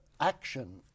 action